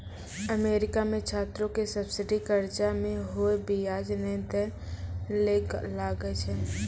America मे छात्रो के सब्सिडी कर्जा मे कोय बियाज नै दै ले लागै छै